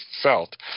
felt